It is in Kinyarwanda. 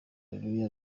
areruya